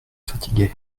fatigué